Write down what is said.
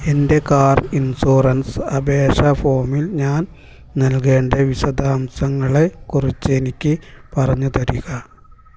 എൻ്റെ car insurance അപേക്ഷാ ഫോമിൽ ഞാൻ നൽകേണ്ട വിശദാംശങ്ങളെ കുറിച്ച് എനിക്ക് പറഞ്ഞുതരിക